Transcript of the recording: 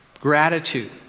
Gratitude